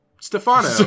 Stefano